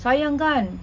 sayang kan